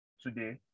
today